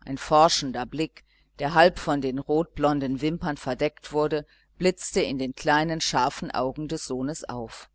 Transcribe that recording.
ein forschender blick der halb von den rotblonden wimpern verdeckt wurde blitzte in den kleinen scharfen augen des sohnes auf